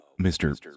Mr